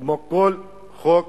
כמו כל חוק